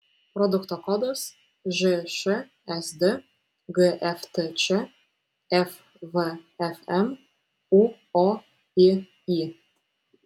produkto kodas žšsd gftč fvfm ūoiy